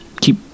keep